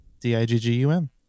D-I-G-G-U-M